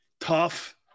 Tough